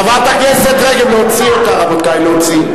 חברת הכנסת רגב, להוציא אותה, רבותי, להוציא.